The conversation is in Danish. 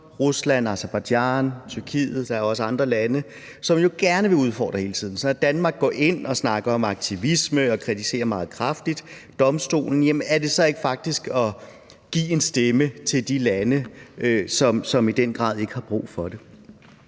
Rusland, Aserbajdsjan, Tyrkiet – der er også andre lande – som jo gerne vil udfordre hele tiden? Så når Danmark går ind og snakker om aktivisme og kritiserer domstolen meget kraftigt, jamen er det så ikke faktisk at give en stemme til de lande, som i den grad ikke har brug for det?